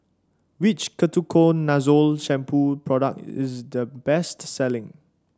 which Ketoconazole Shampoo product is the best selling